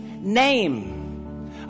name